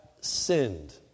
sinned